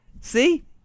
See